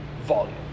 volume